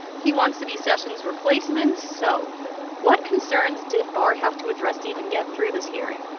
he wants to be sessions' replacement. so what concerns did barr have to address to even get through this hearing?